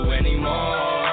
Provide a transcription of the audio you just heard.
anymore